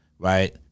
right